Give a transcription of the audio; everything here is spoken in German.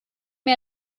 mir